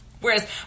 Whereas